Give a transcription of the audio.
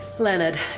Leonard